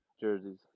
jerseys